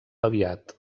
aviat